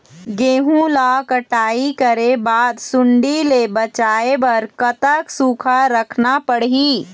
गेहूं ला कटाई करे बाद सुण्डी ले बचाए बर कतक सूखा रखना पड़ही?